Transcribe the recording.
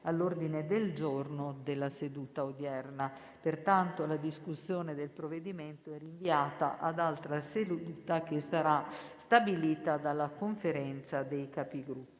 all’ordine del giorno della seduta odierna. Pertanto, la discussione dei provvedimenti è rinviata ad altra seduta, che sarà stabilita dalla Conferenza dei Capigruppo.